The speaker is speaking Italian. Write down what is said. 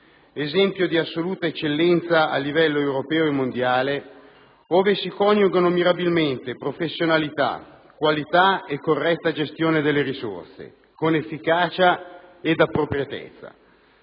esempio di assoluta eccellenza a livello europeo e mondiale, ove si coniugano mirabilmente professionalità, qualità e corretta gestione delle risorse, con efficacia ed appropriatezza.